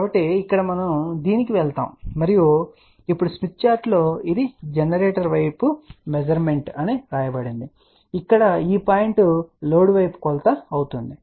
కాబట్టి ఇక్కడ మనం దీనికి వెళ్తాము మరియు ఇప్పుడు స్మిత్ చార్టులో ఇది జనరేటర్ వైపు మెజర్మెంట్ అని వ్రాయబడిందని మీరు గమనించవచ్చు లేదా ఇక్కడ ఈ పాయింట్ లోడ్ వైపు కొలత అవుతుంది